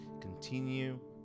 continue